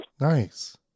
Nice